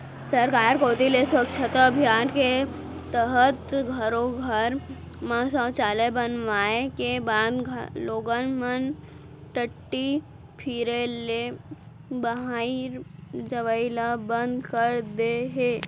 सरकार कोती ले स्वच्छता अभियान के तहत घरो घर म सौचालय बनाए के बाद लोगन मन टट्टी फिरे ल बाहिर जवई ल बंद कर दे हें